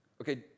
Okay